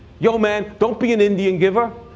yo man, don't be an indian giver.